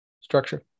structure